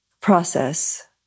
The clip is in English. process